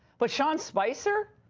but sean spicer,